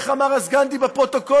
איך אמר אז גנדי בפרוטוקולים?